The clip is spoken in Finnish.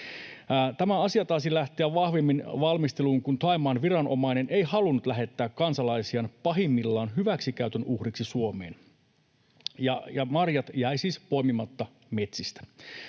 Tämä asia taisi lähteä vahvimmin valmisteluun, kun Thaimaan viranomainen ei halunnut lähettää kansalaisiaan pahimmillaan hyväksikäytön uhreiksi Suomeen — ja marjat jäivät siis poimimatta metsistä.